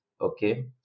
Okay